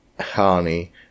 honey